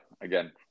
again